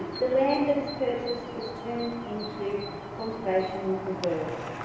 the land that is purchased is turned into conservation reserves